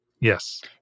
Yes